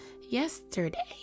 yesterday